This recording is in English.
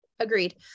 Agreed